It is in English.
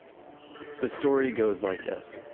the story goes like this,